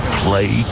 play